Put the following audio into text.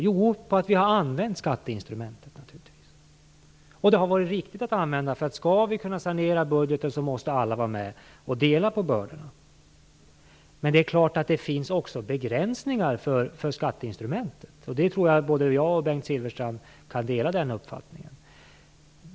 Jo, på att vi har använt skatteinstrumentet, och det har varit riktigt att använda det. Skall vi kunna sanera budgeten måste alla vara med och dela på bördorna. Men det är klart att det också finns begränsningar för skatteinstrumentet. Jag tror att Bengt Silfverstrand och jag delar den uppfattningen.